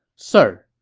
sir,